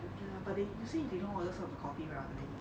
oh ya but they you say they don't serve all the coffee right on the menu